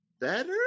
better